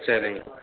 சரிங்க